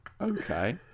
Okay